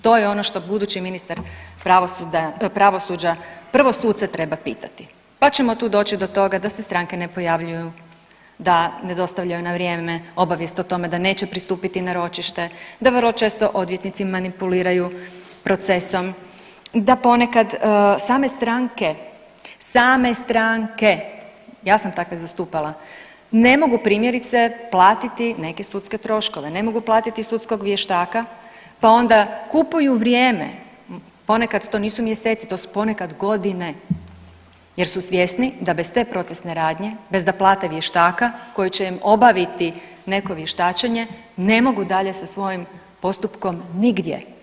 To je ono što budući ministar pravosuđa prvo suce treba pitati, pa ćemo tu doći do toga da se strane ne pojavljuju, da ne dostavljaju na vrijeme obavijest o tome da neće pristupiti na ročište, da vrlo često odvjetnici manipuliraju procesom, da ponekad same stranke, same stranke, ja sam takve zastupala ne mogu primjerice platiti neke sudske troškove, ne mogu platiti sudskog vještaka pa onda kupuju vrijeme, ponekad to nisu mjeseci, to su ponekad godine jer su svjesni da bez te procesne radnje, bez da plate vještaka koji će im obaviti neko vještačenje ne mogu dalje sa svojim postupkom nigdje.